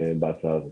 בהצעה הזאת.